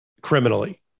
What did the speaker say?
criminally